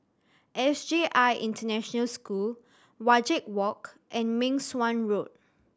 S J I International School Wajek Walk and Meng Suan Road